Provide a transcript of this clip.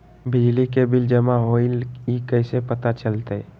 बिजली के बिल जमा होईल ई कैसे पता चलतै?